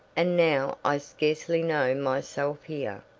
and now i scarcely know myself here.